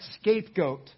scapegoat